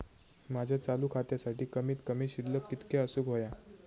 माझ्या चालू खात्यासाठी कमित कमी शिल्लक कितक्या असूक होया?